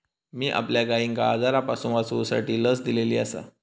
मी आपल्या गायिंका आजारांपासून वाचवूसाठी लस दिलेली आसा